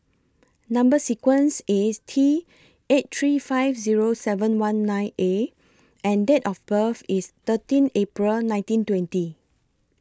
Number sequence IS T eight three five Zero seven one nine A and Date of birth IS thirteen April nineteen twenty